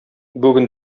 бүген